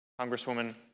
Congresswoman